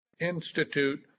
institute